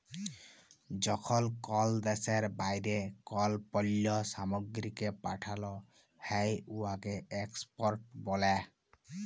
যখল কল দ্যাশের বাইরে কল পল্ল্য সামগ্রীকে পাঠাল হ্যয় উয়াকে এক্সপর্ট ব্যলে